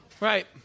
Right